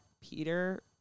Peter